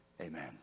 Amen